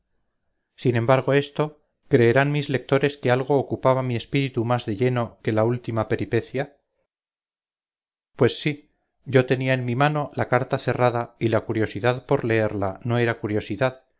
sin embargo esto creerán mis lectores que algo ocupaba mi espíritu más de lleno que la última peripecia pues sí yo tenía en mi mano la carta cerrada y la curiosidad por leerla no era curiosidad